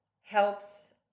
helps